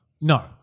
No